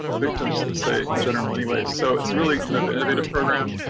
victims would say in general. anyways, so it's really kind of innovative program.